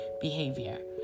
behavior